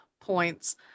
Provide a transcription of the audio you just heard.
points